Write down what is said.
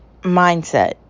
mindset